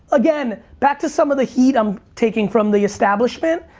again, back to some of the heat i'm taking from the establishment,